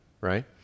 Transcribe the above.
right